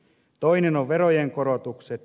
toinen on verojen korotukset